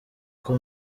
uko